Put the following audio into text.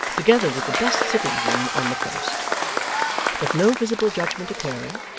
together with the best sitting-room on the first but no visible judgment occurring,